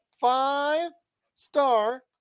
five-star